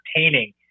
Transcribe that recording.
entertaining